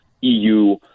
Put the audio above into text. eu